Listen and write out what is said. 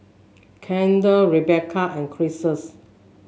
Kendal Rebecca and Crissie